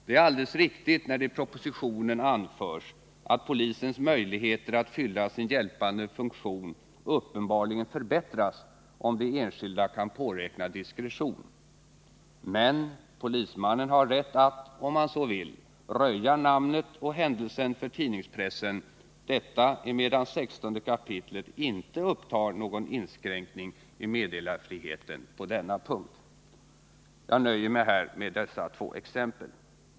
Det är alldeles riktigt när det i propositionen anförs att polisens möjligheter att fylla sin hjälpande funktion uppenbarligen förbättras om de enskilda kan påräkna diskretion. Men polismannen har rätt att, om han så vill, röja namnet och händelsen för tidningspressen, detta emedan 16 kap. inte upptar någon inskränkning i meddelarfriheten på denna punkt. Jag nöjer mig här med dessa två exempel.